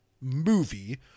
movie